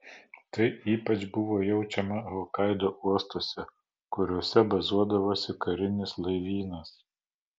tai ypač buvo jaučiama hokaido uostuose kuriuose bazuodavosi karinis laivynas